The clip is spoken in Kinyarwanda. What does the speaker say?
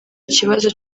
ikibazo